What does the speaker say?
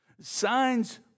Signs